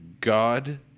god